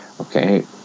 okay